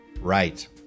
Right